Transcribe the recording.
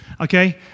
Okay